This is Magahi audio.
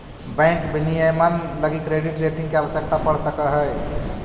बैंक विनियमन लगी क्रेडिट रेटिंग के आवश्यकता पड़ सकऽ हइ